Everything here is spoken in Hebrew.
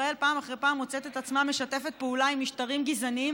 פעם אחרי פעם ישראל מוצאת את עצמה משתפת פעולה עם משטרים גזעניים,